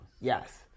Yes